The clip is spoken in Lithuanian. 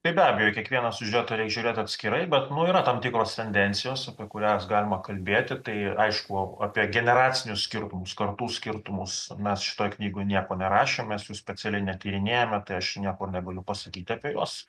tai be abejo į kiekvieną siužetą reik žiūrėt atskirai bet nu yra tam tikros tendencijos apie kurias galima kalbėti tai aišku apie generacinius skirtumus kartų skirtumus mes šitoj knygoj nieko nerašėm mes jų specialiai netyrinėjame tai aš nieko negaliu pasakyti apie juos